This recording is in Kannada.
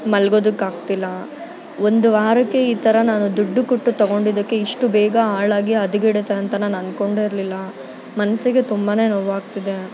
ಮಲ್ಗೋದಕ್ಕೆ ಆಗ್ತಿಲ್ಲ ಒಂದು ವಾರಕ್ಕೇ ಈ ಥರ ನಾನು ದುಡ್ಡು ಕೊಟ್ಟು ತೊಗೊಂಡಿದಕ್ಕೆ ಇಷ್ಟು ಬೇಗ ಹಾಳಾಗಿ ಹದಗೆಡುತ್ತೆ ಅಂತ ನಾನು ಅಂದ್ಕೊಂಡೇ ಇರಲಿಲ್ಲ ಮನಸ್ಸಿಗೆ ತುಂಬಾ ನೋವಾಗ್ತಿದೆ